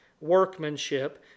workmanship